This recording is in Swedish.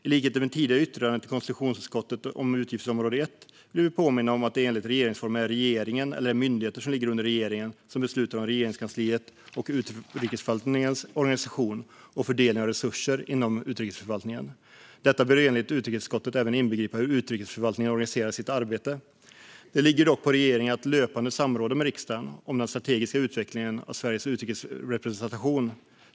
I likhet med tidigare yttranden till konstitutionsutskottet om utgiftsområde 1 vill vi påminna om att det enligt regeringsformen är regeringen, eller de myndigheter som ligger under regeringen, som beslutar om Regeringskansliets och utrikesförvaltningens organisation och fördelningen av resurser inom utrikesförvaltningen. Detta bör enligt utrikesutskottet även inbegripa hur utrikesförvaltningen organiserar sitt arbete. Det ligger dock på regeringen att löpande samråda med riksdagen om den strategiska utvecklingen av Sveriges utrikesrepresentation.